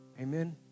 Amen